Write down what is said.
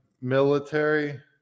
military